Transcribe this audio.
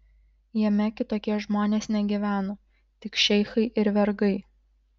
jame kitokie žmonės negyveno tik šeichai ir vergai